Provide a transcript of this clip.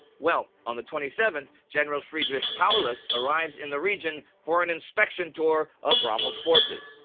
well, on the twenty seventh, general friedrich paulus arrives in the region for an inspection tour of rommel's forces.